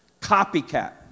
Copycat